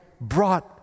brought